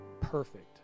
perfect